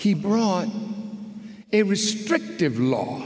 he brought a restrictive law